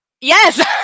Yes